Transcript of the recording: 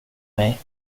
mig